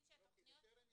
כי 'בטרם',